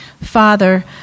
Father